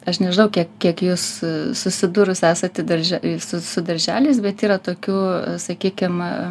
aš nežinau kiek kiek jūs susidūrus esate darže su su darželiais bet yra tokių sakykim